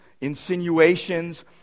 insinuations